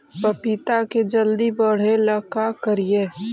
पपिता के जल्दी बढ़े ल का करिअई?